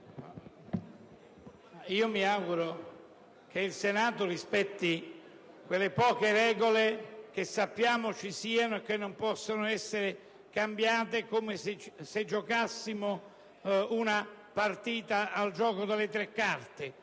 mi auguro che il Senato rispetti quelle poche regole che sappiamo esservi e che non possono essere cambiate come se si giocasse una partita al gioco delle tre carte.